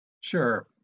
Sure